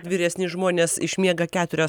vyresni žmonės išmiega keturias